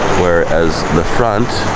whereas the front